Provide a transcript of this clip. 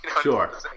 Sure